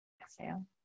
exhale